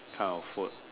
kind of food